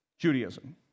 Judaism